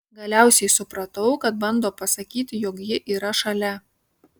galiausiai supratau kad bando pasakyti jog ji yra šalia